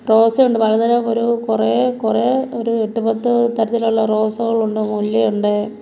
റോസയുണ്ട് പലതരം ഒരു കുറേ കുറേ ഒരു എട്ട് പത്ത് തരത്തിലുള്ള റോസകളുണ്ട് മുല്ലയുണ്ട്